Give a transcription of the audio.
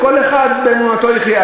כל אחד באמונתו יחיה.